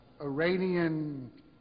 Iranian